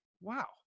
wow